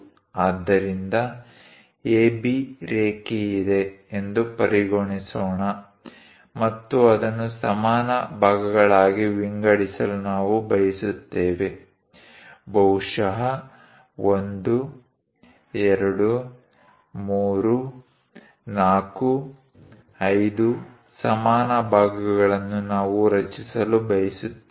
ಆದ್ದರಿಂದ AB ರೇಖೆ ಇದೆ ಎಂದು ಪರಿಗಣಿಸೋಣ ಮತ್ತು ಅದನ್ನು ಸಮಾನ ಭಾಗಗಳಾಗಿ ವಿಂಗಡಿಸಲು ನಾವು ಬಯಸುತ್ತೇವೆ ಬಹುಶಃ 1 2 3 4 5 ಸಮಾನ ಭಾಗಗಳನ್ನು ನಾವು ರಚಿಸಲು ಬಯಸುತ್ತೇವೆ